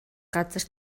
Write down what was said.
газар